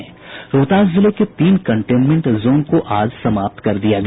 रोहतास जिले के तीन कंटेनमेंट जोन को आज समाप्त कर दिया गया